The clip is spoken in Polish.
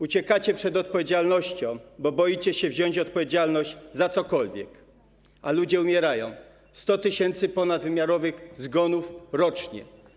Uciekacie przed odpowiedzialnością, bo boicie się wziąć odpowiedzialność za cokolwiek, a ludzie umierają - 100 tys. ponadwymiarowych zgonów rocznie.